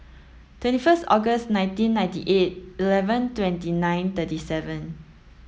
twenty first August nineteen ninety eight eleven twenty nine thirty seven